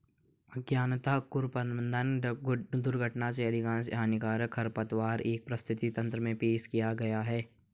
अज्ञानता, कुप्रबंधन, दुर्घटना से अधिकांश हानिकारक खरपतवार एक पारिस्थितिकी तंत्र में पेश किए गए हैं